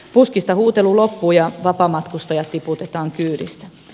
puskista huutelu loppuu ja vapaamatkustajat tiputetaan kyydistä